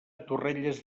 torrelles